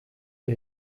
der